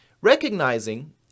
Recognizing